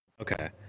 Okay